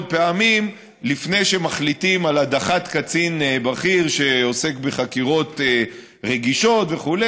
פעמים לפני שמחליטים על הדחת קצין בכיר שעוסק בחקירות רגישות וכו',